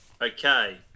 Okay